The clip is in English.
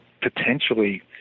potentially